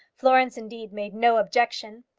florence indeed made no objection.